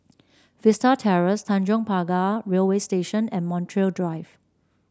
Vista Terrace Tanjong Pagar Railway Station and Montreal Drive